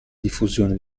diffusione